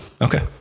Okay